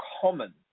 common